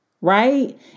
right